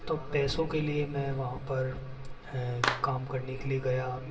तो पैसों के लिए मैं वहाँ पर काम करने के लिए गया